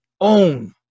own